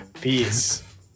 peace